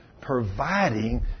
providing